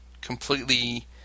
completely